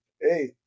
hey